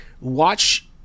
watch